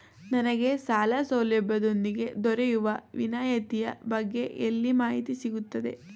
ನನಗೆ ಸಾಲ ಸೌಲಭ್ಯದೊಂದಿಗೆ ದೊರೆಯುವ ವಿನಾಯತಿಯ ಬಗ್ಗೆ ಎಲ್ಲಿ ಮಾಹಿತಿ ಸಿಗುತ್ತದೆ?